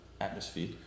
atmosphere